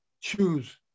Choose